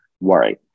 worry